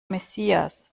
messias